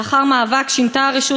לאחר מאבק שינתה הרשות,